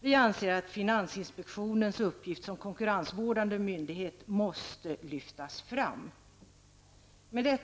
Vi anser att finansinspektionens uppgift som konkurrensvårdande myndighet måste lyftas fram. Herr talman!